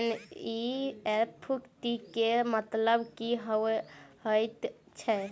NEFT केँ मतलब की हएत छै?